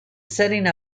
setting